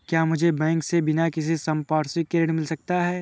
क्या मुझे बैंक से बिना किसी संपार्श्विक के ऋण मिल सकता है?